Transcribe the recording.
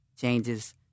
changes